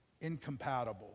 incompatible